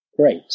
Great